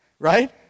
Right